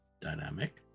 dynamic